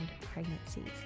pregnancies